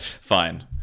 fine